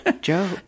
joe